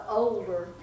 older